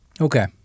Okay